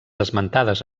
esmentades